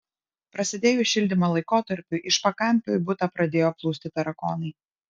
prasidėjus šildymo laikotarpiui iš pakampių į butą pradėjo plūsti tarakonai